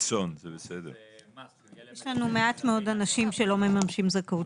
יש לנו מעט מאוד אנשים שלא מממשים זכאות לרכב.